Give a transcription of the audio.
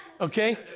okay